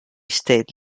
state